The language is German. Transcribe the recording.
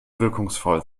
wirkungsvoll